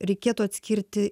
reikėtų atskirti